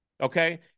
Okay